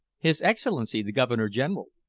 his excellency, the governor-general.